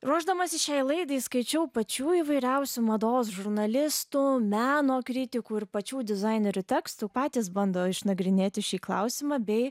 ruošdamasis šiai laidai skaičiau pačių įvairiausių mados žurnalistų meno kritikų ir pačių dizainerių tekstų patys bando išnagrinėti šį klausimą bei